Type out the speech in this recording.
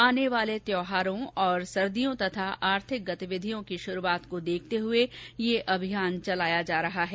आने वाले त्यौहारों और सर्दियों तथा आर्थिक गतिविधियों की शुरुआत को देखते हुए यह अभियान चलाया जा रहा है